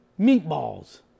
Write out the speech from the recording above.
meatballs